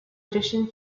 edition